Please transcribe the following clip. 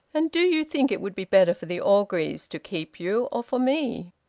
and do you think it would be better for the orgreaves to keep you, or for me?